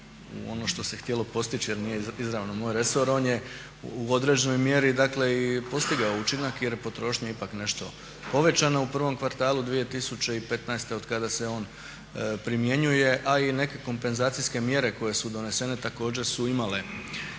ono što se htjelo postići jer nije izravno moj resor on je u određenoj mjeri dakle i postigao učinak jer je potrošnja ipak nešto povećana u prvom kvartalu 2015. otkada se on primjenjuje a i neke kompenzacijske mjere koje su donesene također su imale